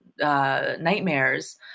nightmares